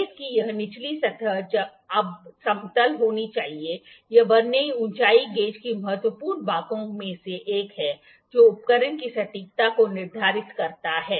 base की यह निचली सतह अब समतल होनी चाहिए यह वर्नियर ऊंचाई गेज के महत्वपूर्ण भागों में से एक है जो उपकरण की सटीकता को निर्धारित करता है